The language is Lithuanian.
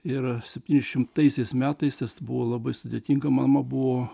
ir septyni šimtaisiais metais jis buvo labai sudėtinga mama buvo